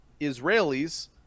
Israelis